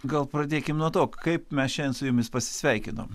gal pradėkim nuo to kaip mes šiandien su jumis pasisveikinom